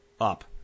up